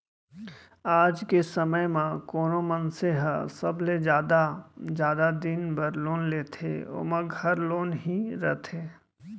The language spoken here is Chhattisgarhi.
आज के समे म कोनो मनसे ह सबले जादा जादा दिन बर लोन लेथे ओमा घर लोन ही रथे